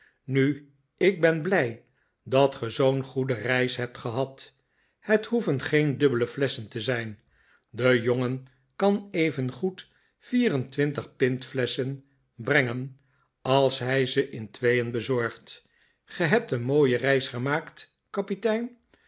nu ik ben blij dat ge zoo'n goede reis hebt gehad het hoeven geen dubbele flesschen te zijn de jongen kan evengoed vier en twintig pintflesschen brengen als hij ze in tweeen bezorgt ge hebt een mooie reis gemaakt kapitein